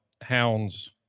hounds